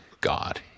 God